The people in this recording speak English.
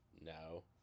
No